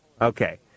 Okay